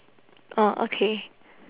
ah okay